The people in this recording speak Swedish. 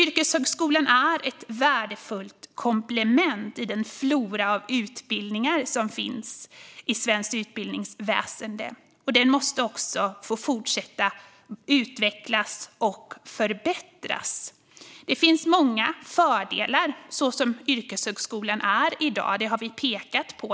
Yrkeshögskolan är ett värdefullt komplement i den flora av utbildningar som finns i svenskt utbildningsväsen. Den måste få fortsätta utvecklas och förbättras. Det finns många fördelar som yrkeshögskolan är i dag. Detta har vi pekat på.